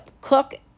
cook